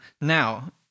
Now